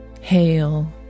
hail